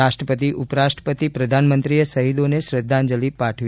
રાષ્ટ્રપતિ ઉપરાષ્ટ્રપતિ પ્રધાનમંત્રીએ શહીદોને શ્રદ્ધાંજલી પાઠવી